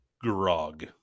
grog